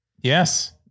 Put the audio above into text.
Yes